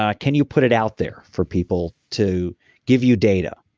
ah can you put it out there for people to give you data?